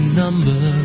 number